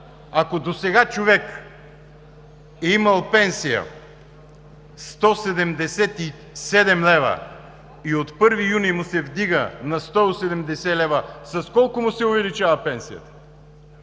Ако досега човек е имал пенсия 177 лв. и от 1 юни му се вдига на 180 лв., с колко му се увеличава пенсията?